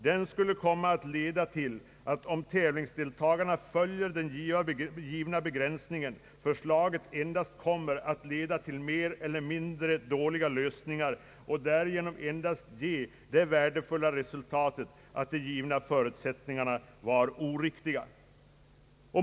Den skulle komma att leda till att, om tävlingsdeltagarna följer den givna begränsningen, förslagen endast kommer att leda till mer eller mindre dåliga lösningar och därigenom endast ge det värdefulla resultatet att de givna förutsättningarna var oriktiga.